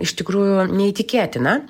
iš tikrųjų neįtikėtina